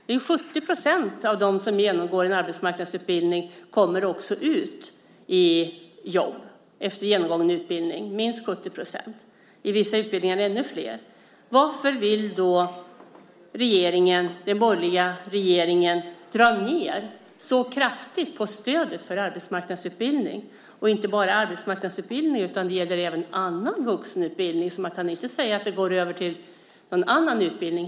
Minst 70 % av dem som genomgått en arbetsmarknadsutbildning kommer ut i jobb, i vissa utbildningar ännu flera. Varför vill då den borgerliga regeringen dra ned så kraftigt på stödet för arbetsmarknadsutbildning? Det gäller inte bara arbetsmarknadsutbildning utan även annan vuxenutbildning, så man kan inte säga att stödet går över till någon annan utbildning.